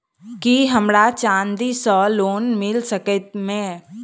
की हमरा चांदी सअ लोन मिल सकैत मे?